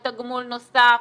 בתגמול נוסף,